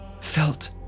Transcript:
felt